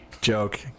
joke